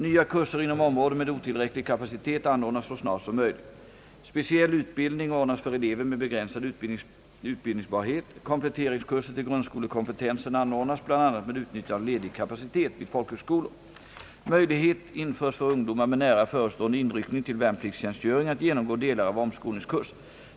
Nya kurser inom områden med otillräcklig kapacitet anordnas så snart som möjligt. Speciell utbildning ordnas för elever med begränsad utbildningsbarhet. Kompletteringskurser till grundskolekompetens anordnas bl.a. med utnyttjande av ledig kapacitet vid folkhögskolor. Möjlighet införs för ungdomar med nära förestående inryckning till värnpliktstjänstgöring att genomgå delar av omskolningskurs.